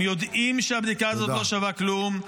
הם יודעים שהבדיקה הזאת לא שווה כלום,